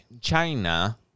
China